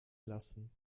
lassen